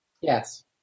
Yes